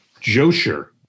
Josher